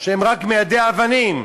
שהם רק מיידי אבנים.